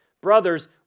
brothers